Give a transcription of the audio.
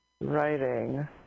writing